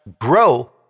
grow